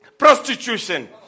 Prostitution